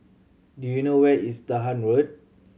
do you know where is Dahan Road